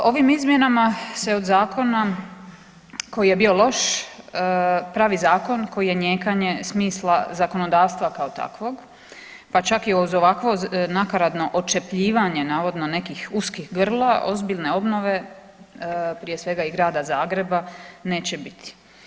Ovim izmjenama se od zakona koji je bio loš pravi zakon koji je nijekanje smisla zakonodavstva kao takvog, pa čak i uz ovakvo nakaradno odčepljivanje navodno nekih uskih grla ozbiljne obnove prije svega i Grada Zagreba neće biti.